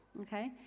Okay